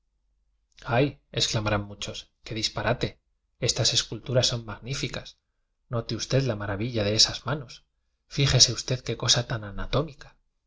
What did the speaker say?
ay exclamarán muchos qué disparate estas esculturas son magníficas note us ted la maravilla de esas manos fíjese us ted qué cosa tan anatómica